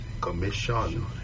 commission